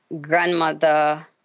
grandmother